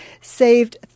saved